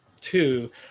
two